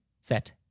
set